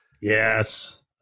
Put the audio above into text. Yes